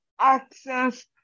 access